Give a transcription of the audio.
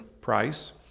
price